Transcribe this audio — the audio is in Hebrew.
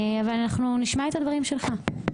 אז נשמע את הדברים שלך.